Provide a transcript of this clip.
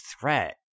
threat